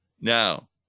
Now